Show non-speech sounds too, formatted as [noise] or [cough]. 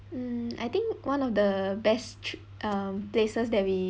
mm I think one of the best [noise] um places that we